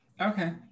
Okay